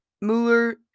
Mueller